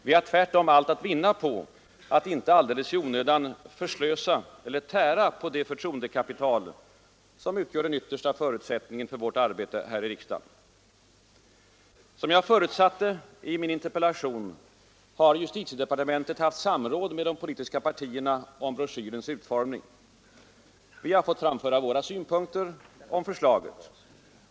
Vi har tvärtom allt att vinna på att inte alldeles i onödan tära på eller förslösa det förtroendekapital som utgör den yttersta förutsättningen för vårt arbete här i riksdagen. Som jag förutsatte i min interpellation har justitiedepartementet haft samråd med de politiska partierna om broschyrens utformning. Vi har fått framföra våra synpunkter på förslaget.